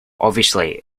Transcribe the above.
obviously